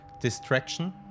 distraction